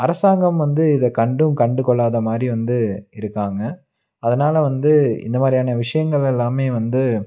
அரசாங்கம் வந்து இதை கண்டும் கண்டு கொள்ளாத மாதிரி வந்து இருக்காங்க அதனால் வந்து இந்த மாதிரியான விஷயங்கள் எல்லாமே வந்து